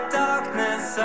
darkness